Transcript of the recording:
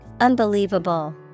Unbelievable